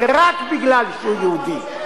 ורק מפני שהוא יהודי.